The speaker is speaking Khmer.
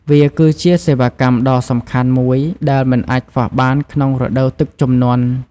វាគឺជាសេវាកម្មដ៏សំខាន់មួយដែលមិនអាចខ្វះបានក្នុងរដូវទឹកជំនន់។